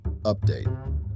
Update